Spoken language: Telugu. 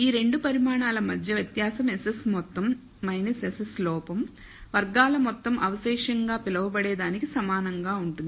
ఈ రెండు పరిమాణాల మధ్య వ్యత్యాసం SS మొత్తం SS లోపం వర్గాల మొత్తం అవశేషంగా పిలువబడే దానికి సమానంగా ఉంటుంది